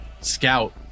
scout